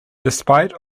despite